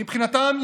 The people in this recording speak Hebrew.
מבחינתם,